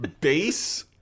base